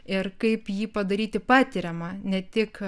ir kaip jį padaryti patiriamą ne tik